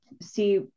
see